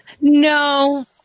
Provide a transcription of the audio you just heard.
No